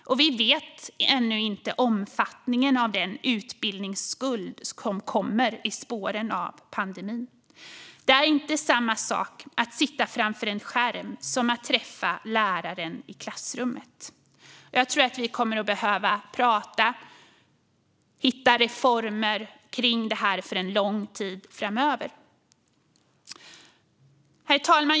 Vi känner ännu inte till omfattningen av den utbildningsskuld som kommer i spåren av pandemin. Det är inte samma sak att sitta framför en skärm som att träffa läraren i klassrummet. Jag tror att vi kommer att behöva prata och hitta reformer för detta för en lång tid framöver. Herr talman!